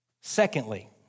Secondly